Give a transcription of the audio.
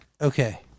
Okay